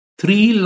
three